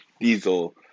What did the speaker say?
Diesel